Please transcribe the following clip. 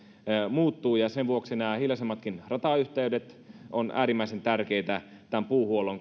muuttuu ja sen vuoksi nämä hiljaisemmatkin ratayhteydet ovat äärimmäisen tärkeitä tämän puuhuollon